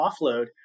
offload